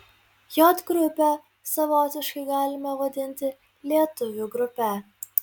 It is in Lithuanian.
j grupę savotiškai galime vadinti lietuvių grupe